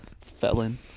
felon